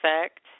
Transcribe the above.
effect